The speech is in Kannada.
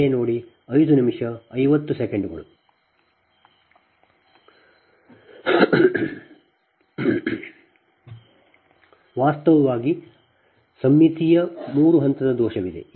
ಆದ್ದರಿಂದ ವಾಸ್ತವವಾಗಿ ಸಮ್ಮಿತೀಯ ಮೂರು ಹಂತದ ದೋಷವಿದೆ